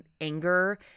anger